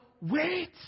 wait